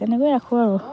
তেনেকৈ ৰাখো আৰু